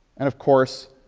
and of course,